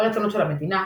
ברצונות של המדינה,